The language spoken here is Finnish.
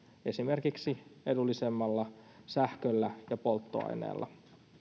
esimerkiksi edullisemmalla sähköllä ja polttoaineella